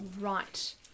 right